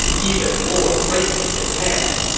even more greatly enhanced,